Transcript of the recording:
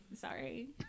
sorry